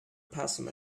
passing